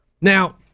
Now